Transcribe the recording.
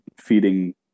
feeding